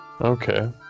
Okay